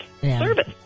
Service